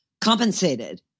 compensated